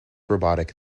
robotic